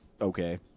okay